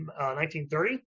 1930